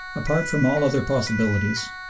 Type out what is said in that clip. apart from all other possibilities,